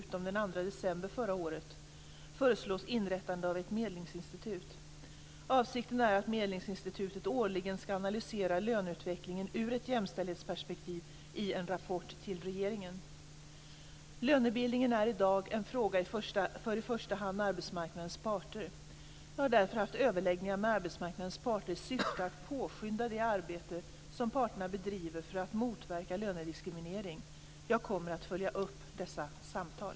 2 december förra året föreslås inrättande av ett medlingsinstitut. Avsikten är att medlingsinstitutet årligen ska analysera löneutvecklingen ur ett jämställdhetsperspektiv i en rapport till regeringen. Lönebildningen är i dag en fråga för i första hand arbetsmarknadens parter. Jag har därför haft överläggningar med arbetsmarknadens parter i syfte att påskynda det arbete som parterna bedriver för att motverka lönediskriminering. Jag kommer att följa upp dessa samtal.